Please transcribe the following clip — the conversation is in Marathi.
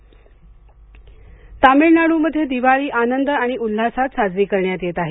तामिळनाड् तामिळनाडूमध्ये दिवाळी आनंद आणि उल्हासात साजरी करण्यात येत आहे